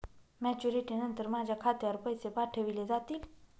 Maturity नंतर माझ्या खात्यावर पैसे पाठविले जातील?